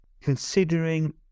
considering